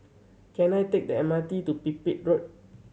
can I take the M R T to Pipit Road